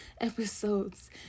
episodes